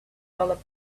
dollar